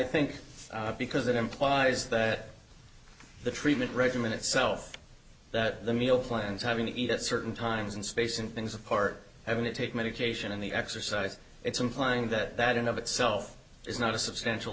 think because it implies that the treatment regimen itself that the meal plans having to eat at certain times and space and things apart i mean it takes medication in the exercise it's implying that that in of itself is not a substantial